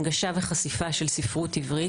הנגשה וחשיפה של ספרות עברית.